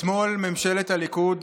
אתמול ממשלת הליכוד